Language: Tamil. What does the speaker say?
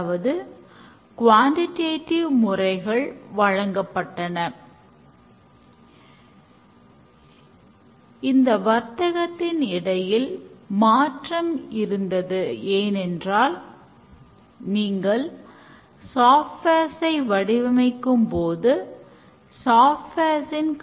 எனவே புரோடக்ட் ஓனர் பயனாளியை போல இருந்து productன் அம்சங்கள் வெளியீட்டு தேதி தேவை பொறுத்து அம்சங்களை வரிசைபடுத்துவது அம்சங்களை முறைபடுத்துவது மற்றும் ஒவ்வொரு அயிட்ரேஷனையும் வரிசைப்படுத்துவது ஆகியவற்றை செய்கிறார்